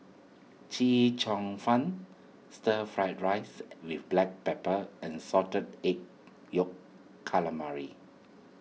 Chee Cheong Fun Stir Fried Rice with Black Pepper and Salted Egg Yolk Calamari